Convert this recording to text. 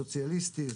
סוציאליסטי,